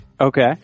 Okay